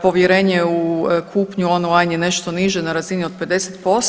Povjerenje u kupnju on-line je nešto niže na razini od 50%